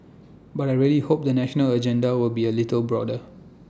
but I really hope the national agenda will be A little broader